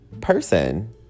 person